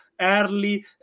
early